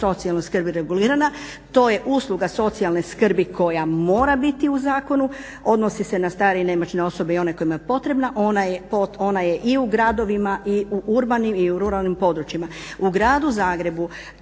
socijalnoj skrbi regulirana, to je usluga socijalne skrbi koja mora biti u Zakonu, odnosi se na starije i nemoćne osobe i onima koja je potrebna, ona je i u gradovima i u urbanim i u ruralnim područjima. U gradu Zagrebu